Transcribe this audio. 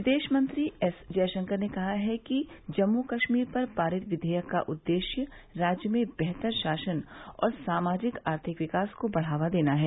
विदेश मंत्री एस जयशंकर ने कहा है कि जम्मू कश्मीर पर पारित विधेयक का उद्देश्य राज्य में बेहतर शासन और सामाजिक आर्थिक विकास को बढ़ावा देना है